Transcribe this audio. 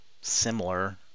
similar